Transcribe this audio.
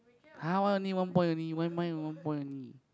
har one only one point only why mine one point only